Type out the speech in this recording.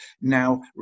now